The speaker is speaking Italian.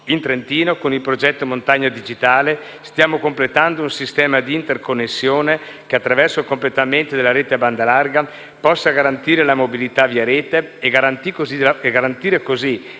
In Trentino, con il progetto «Montagna digitale», stiamo completando un sistema di interconnessione che, attraverso il completamento della rete a banda larga, possa garantire la mobilità via Rete e consentire così